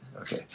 Okay